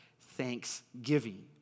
thanksgiving